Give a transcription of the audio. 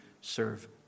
serve